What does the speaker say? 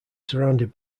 surrounded